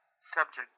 subject